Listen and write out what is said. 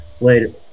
later